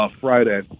Friday